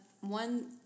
One